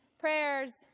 prayers